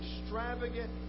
extravagant